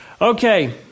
Okay